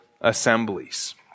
assemblies